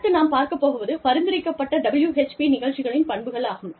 அடுத்து நாம் பார்க்க போவது பரிந்துரைக்கப்பட்ட WHP நிகழ்ச்சிகளின் பண்புகள் ஆகும்